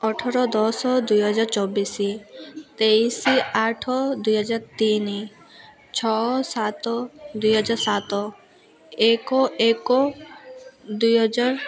ଅଠର ଦଶ ଦୁଇହଜାର ଚବିଶ ତେଇଶି ଆଠ ଦୁଇହଜାର ତିନି ଛଅ ସାତ ଦୁଇହଜାର ସାତ ଏକ ଏକ ଦୁଇହଜାର